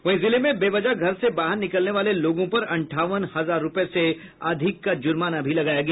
वहीं जिले में वेवजह घर से बाहर निकलने वाले लोगों पर अंठावन हजार रूपये से अधिक का ज़ुर्माना भी लगाया गया